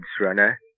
runner